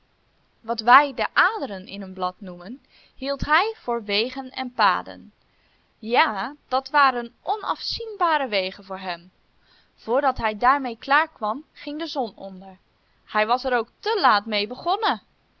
wat wij de aderen in het blad noemen hield hij voor wegen en paden ja dat waren onafzienbare wegen voor hem voordat hij daarmee klaar kwam ging de zon onder hij was er ook te laat meebegonnen